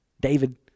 David